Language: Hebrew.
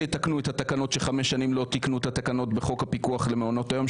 שיתקנו את התקנות שלא תיקנו חמש שנים בחוק הפיקוח על מעונות יום.